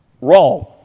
wrong